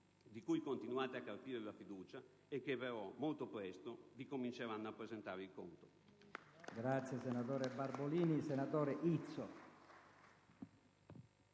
di cui continuate a carpire la fiducia e che però molto presto vi cominceranno a presentare il conto.